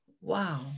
Wow